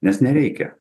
nes nereikia